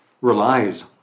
relies